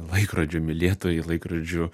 laikrodžių mylėtojai laikrodžių